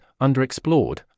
underexplored